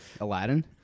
Aladdin